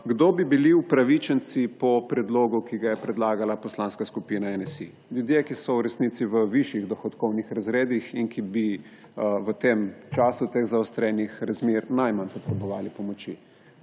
Kdo bi bili upravičenci po predlogu, ki ga je predlagala Poslanska skupina NSi? Ljudje, ki so v resnici v višjih dohodkovnih razredih in ki bi v tem času teh zaostrenih razmer najmanj potrebovali pomoči.